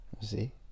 See